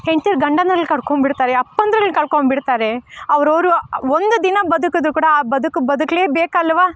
ಹೆಂಡ್ತೀರ ಗಂಡಂದ್ರನ್ನ ಕಳ್ಕೊಂಡ್ಬಿಡ್ತಾರೆ ಅಪ್ಪಂದ್ರುಗಳ್ನ್ ಕಳ್ಕೊಂಡ್ಬಿಡ್ತಾರೆ ಅವ್ರವರು ಒಂದು ದಿನ ಬದುಕಿದರು ಕೂಡ ಆ ಬದುಕು ಬದುಕಲೇ ಬೇಕಲ್ವಾ